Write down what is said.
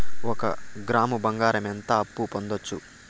ఒక గ్రాము బంగారంకు ఎంత అప్పు పొందొచ్చు